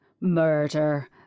murder